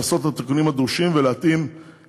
הזה, וכן לפתח את